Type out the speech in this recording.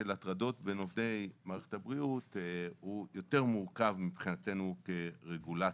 של הטרדות בין עובדי מערכת הבריאות הוא יותר מורכב מבחינתנו כרגולטור,